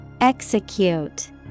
Execute